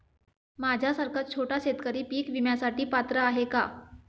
माझ्यासारखा छोटा शेतकरी पीक विम्यासाठी पात्र आहे का?